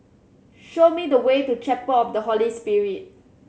show me the way to Chapel of the Holy Spirit